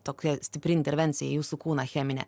tokia stipri intervencija į jūsų kūną cheminė